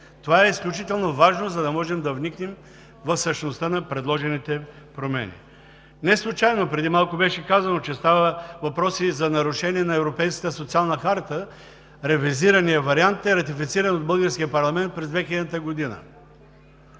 Това е изключително важно, за да можем да вникнем в същността на предложените промени. Неслучайно, преди малко беше казано, че става въпрос и за нарушение на Европейската социална харта – ревизираният вариант е ратифициран от българския парламент през 2000 г.